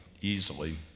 easily